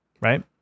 right